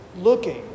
looking